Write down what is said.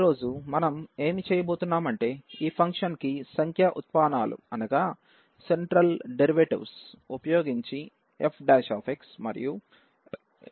ఈ రోజు మనం ఏమి చేయబోతున్నామంటే ఈ ఫంక్షన్కి సంఖ్యా ఉత్పానాలు ఉపయోగించి f x మరియు f x కనుగొందాం